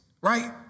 right